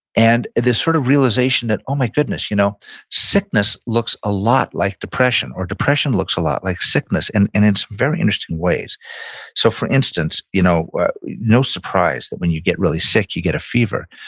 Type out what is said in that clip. and this sort of realization that, oh my goodness, you know sickness looks a lot like depression, or, depression looks a lot like sickness, and and it's very interesting ways so, for instance, you know no surprise that when you get really sick you get a fever,